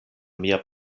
mia